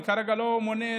אני כרגע לא מונה,